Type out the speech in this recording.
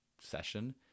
session